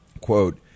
quote